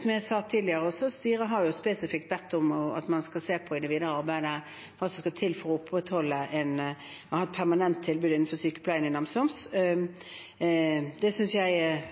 som jeg også sa tidligere, at styret har spesifikt bedt om at man skal se på i det videre arbeidet hva som skal til for å opprettholde et permanent tilbud innenfor sykepleien i Namsos. Det synes jeg er